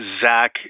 Zach